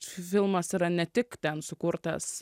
filmas yra ne tik ten sukurtas